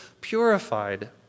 purified